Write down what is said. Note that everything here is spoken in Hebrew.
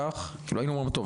היינו אומרים: טוב,